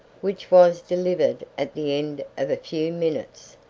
which was delivered at the end of a few minutes,